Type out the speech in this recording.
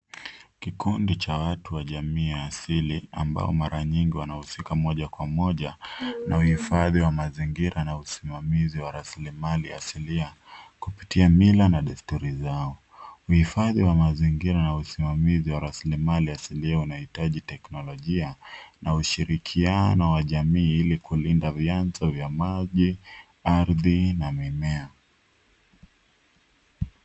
Kikundi cha watu wa jamii ya asili, ambao mara nyingi wanahusika moja kwa moja na uhifadhi wa mazingira, na usimamizi wa rasilimali asilia kupitia mila na desturi zao. Uhifadhi wa mazingira na usimamizi wa rasilimali asilia unahitaji teknolojia na ushirikiano wa jamii ili kulinda vyanzo vya maji, ardhi, na mimea.